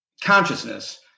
consciousness